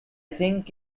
think